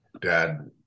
Dad